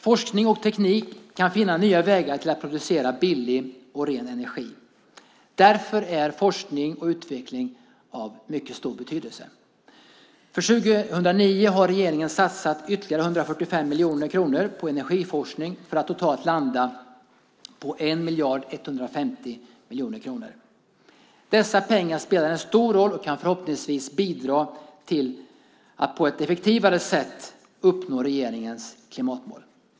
Forskning och teknik kan finna nya vägar att producera billig och ren energi. Därför är forskning och utveckling av mycket stor betydelse. För 2009 har regeringen satsat ytterligare 145 miljoner kronor på energiforskning för att totalt landa på 1 150 miljoner kronor. Dessa pengar spelar en stor roll och kan förhoppningsvis bidra till att på ett effektivare sätt uppnå regeringens klimatmål.